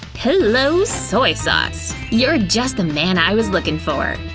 hello, soy sauce! you're just the man i was looking for.